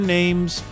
names